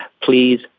Please